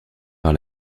par